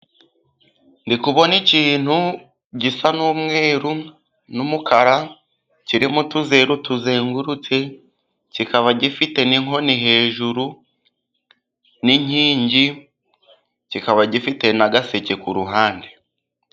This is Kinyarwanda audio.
Ndikubona ikintu gisa n'umweru n'umukara, kirimo utuzeru tuzengurutse. Kikaba gifite n'inkoni hejuru, n'inkingi, kikaba gifite n'agaseke ku ruhande.